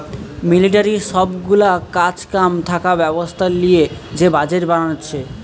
মিলিটারির সব গুলা কাজ কাম থাকা ব্যবস্থা লিয়ে যে বাজেট বানাচ্ছে